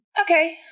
Okay